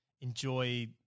enjoy